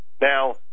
Now